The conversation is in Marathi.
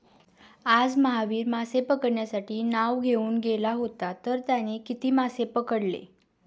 आज महावीर मासे पकडण्यासाठी नाव घेऊन गेला होता तर त्याने किती मासे पकडले?